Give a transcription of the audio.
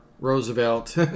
Roosevelt